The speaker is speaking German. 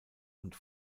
und